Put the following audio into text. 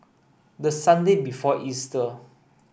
the Sunday before Easter